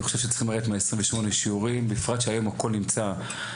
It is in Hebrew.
אני חושב שצריכים לרדת מה-28 שיעורים בפרט שהיום הכול זה אוטומט.